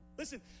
Listen